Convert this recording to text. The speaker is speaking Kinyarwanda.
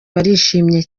barishimye